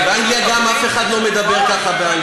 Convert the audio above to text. גם באנגליה אף אחד לא מדבר ככה.